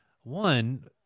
one –